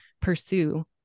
pursue